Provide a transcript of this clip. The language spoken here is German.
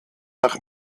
nach